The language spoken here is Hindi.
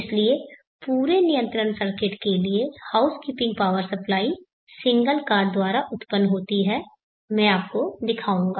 इसलिए पूरे नियंत्रण सर्किट के लिए house keeping power supply single card द्वारा उत्पन्न होती है मैं आपको वह दिखाऊंगा